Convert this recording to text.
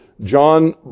John